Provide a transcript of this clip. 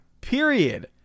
Period